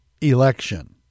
election